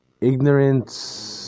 Ignorance